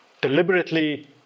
deliberately